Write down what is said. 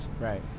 Right